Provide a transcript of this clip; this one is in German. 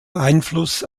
einfluss